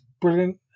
brilliant